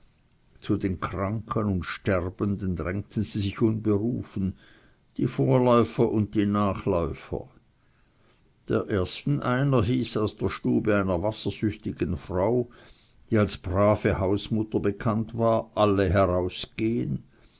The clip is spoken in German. zu den kranken und sterbenden drängten sie sich unberufen die vorläufer und die nachläufer der ersten einer ließ aus der stube einer wassersüchtigen frau die als brave hausmutter bekannt war alle herausgehen